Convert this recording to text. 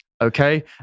Okay